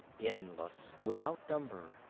endless, without number.